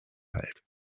halt